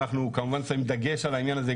אנחנו שמים דגש על העניין הזה,